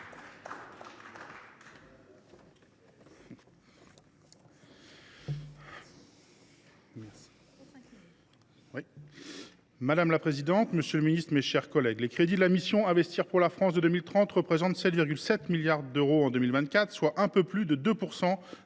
Madame la présidente, monsieur le ministre, mes chers collègues, les crédits de la mission « Investir pour la France de 2030 » représentent 7,7 milliards d’euros en 2024, soit un peu plus de 2 % des